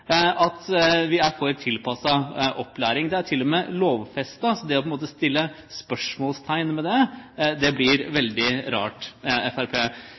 at vi er for tilpasset opplæring. Det er til og med lovfestet. Så det å sette spørsmålstegn ved det blir veldig rart